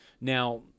Now